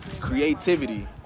creativity